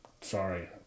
sorry